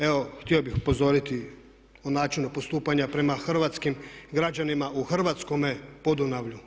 Evo htio bih upozoriti o načinu postupanja prema hrvatskim građanima u hrvatskome podunavlju.